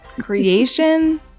Creation